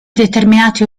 determinate